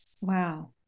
Wow